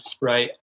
right